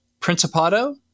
Principato